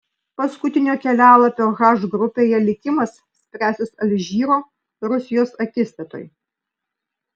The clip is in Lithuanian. paskutinio kelialapio h grupėje likimas spręsis alžyro rusijos akistatoje